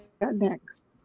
next